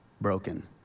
broken